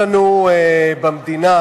44 נגד, בעד,